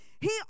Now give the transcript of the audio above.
He